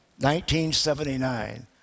1979